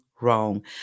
wrong